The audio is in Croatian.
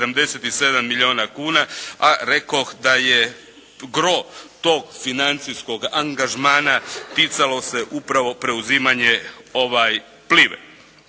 77 milijuna kuna, a rekoh da je gro tog financijskog angažmana ticalo se upravo preuzimanje Plive.